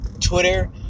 Twitter